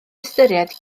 ystyried